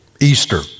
Easter